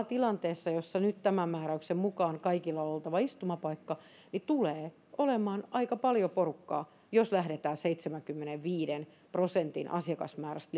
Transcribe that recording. tilanteessa jossa nyt tämän määräyksen mukaan kaikilla on oltava istumapaikka niin tulee olemaan aika paljon porukkaa jos lähdetään seitsemänkymmenenviiden prosentin asiakasmäärästä